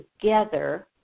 together